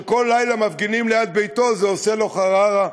כשכל לילה מפגינים ליד ביתו, זה עושה לו חררה.